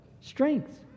Strength